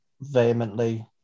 vehemently